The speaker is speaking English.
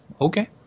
okay